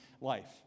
life